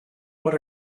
what